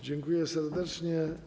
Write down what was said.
Dziękuję serdecznie.